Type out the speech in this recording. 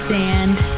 sand